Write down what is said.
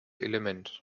element